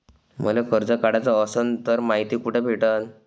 मले कर्ज काढाच असनं तर मायती कुठ भेटनं?